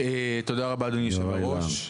תודה רבה אדוני היושב ראש.